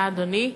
תודה, אדוני.